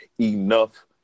enough